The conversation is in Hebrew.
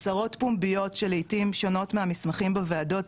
הצהרות פומביות שלעיתים שונות מהמסמכים בוועדות,